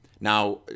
Now